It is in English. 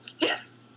Yes